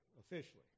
officially